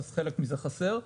חלק מזה חסר.